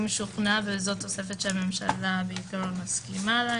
אם שוכנע וזאת תוספת שהממשלה בעיקרון מסכימה לה,